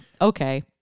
Okay